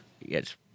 Yes